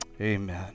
amen